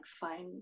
find